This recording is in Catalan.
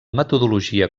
metodologia